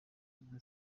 nka